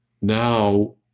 now